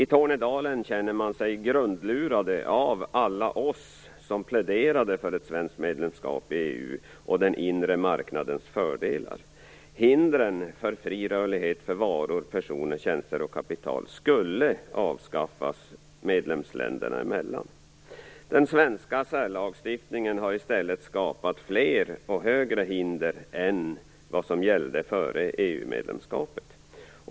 I Tornedalen känner man sig grundlurad av alla oss som pläderade för ett svenskt medlemskap i EU och den inre marknadens fördelar. Hindren för fri rörlighet av varor, personer, tjänster och kapital mellan medlemsländerna skulle avskaffas. Den svenska särlagstiftningen har i stället skapat fler och högre hinder än vad som gällde före EU-medlemskapet.